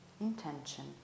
intention